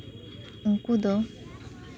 ᱩᱱᱠᱩ ᱫᱚ